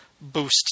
boost